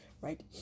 right